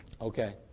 Okay